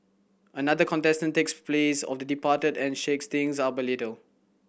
another contestant takes place of the departed and shakes things up a little